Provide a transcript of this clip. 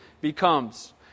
becomes